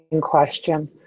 question